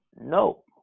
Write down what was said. No